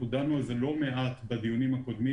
לא דנו בזה לא מעט בדיונים הקודמים,